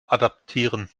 adaptieren